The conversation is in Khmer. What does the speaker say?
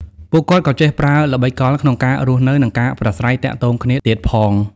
ពួកគាត់ក៏ចេះប្រើល្បិចកលក្នុងការរស់នៅ និងការប្រាស្រ័យទាក់ទងគ្នាទៀតផង។